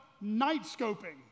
night-scoping